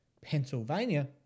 Pennsylvania